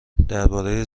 درباره